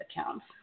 accounts